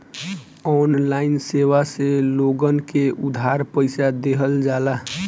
online सेवा से लोगन के उधार पईसा देहल जाला